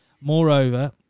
Moreover